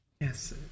Yes